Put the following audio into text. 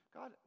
God